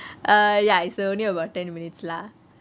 err ya it's only about ten minutes lah